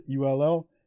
ULL